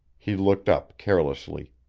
he looked up carelessly.